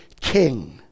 king